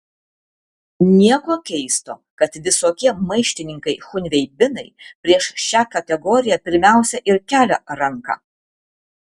nieko keisto kad visokie maištininkai chunveibinai prieš šią kategoriją pirmiausia ir kelia ranką